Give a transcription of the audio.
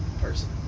person